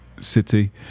City